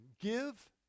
give